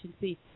See